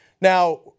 Now